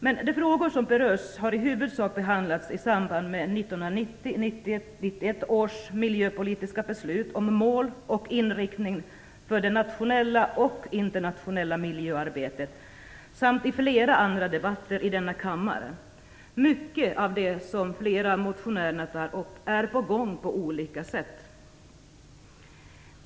Men de frågor som berörs har i huvudsak behandlats i samband med 1990/91 års miljöpolitiska beslut om mål och inriktning för det nationella och det internationella miljöarbetet samt i flera andra debatter i denna kammare. Mycket av det som flera motionärer tar upp är på gång på olika sätt.